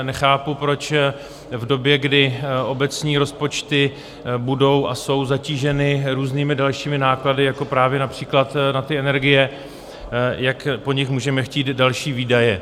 Nechápu, proč v době, kdy obecní rozpočty budou a jsou zatíženy různými dalšími náklady jako právě například na energie, jak po nich můžeme chtít další výdaje.